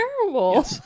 terrible